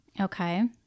Okay